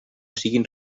siguen